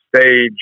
stage